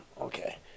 Okay